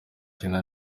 cyenda